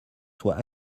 soit